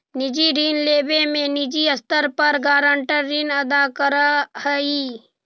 निजी ऋण लेवे में निजी स्तर पर गारंटर ऋण अदा करऽ हई